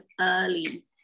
early